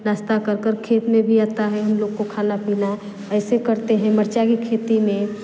नाश्ता कर कर खेत में भी आता है हम लोग को खाना पीना ऐसे करते हैं मिर्चा की खेती में